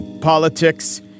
politics